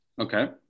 okay